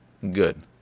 good